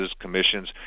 commissions